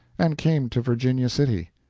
and came to virginia city.